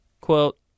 Quote